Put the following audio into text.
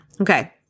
Okay